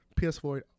PS4